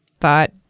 thought